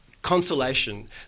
Consolation